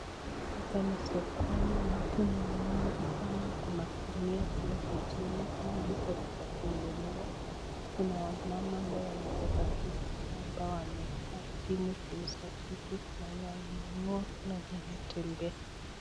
Hapa ni sokoni watu ni wengi sana kuna gunia zilizo chini, nyingi zao hazijafunguliwa, kuna wamama ambao wanabeba vitu kunao ambao wamekaa chini kuuza vitu, kuna wenye wananunua, kuna wenye wanatembea.